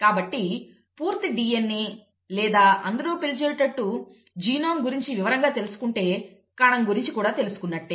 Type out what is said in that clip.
కాబట్టి పూర్తి DNA లేదా అందరూ పిలిచేటట్టు జీనోమ్ గురించి వివరంగా తెలుసుకుంటే కణం గురించి కూడా తెలుసుకున్నట్టే